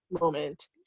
moment